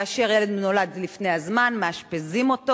כאשר ילד נולד לפני הזמן מאשפזים אותו